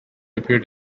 appeared